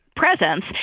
Presence